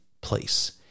place